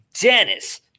Dennis